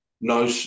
No